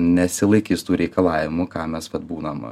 nesilaikys tų reikalavimų ką mes vat būnam